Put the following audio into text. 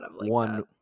one